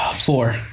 Four